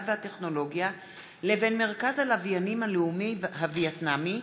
והטכנולוגיה לבין מרכז הלוויינים הלאומי הווייטנאמי,